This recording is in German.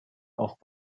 auch